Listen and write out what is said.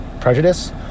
prejudice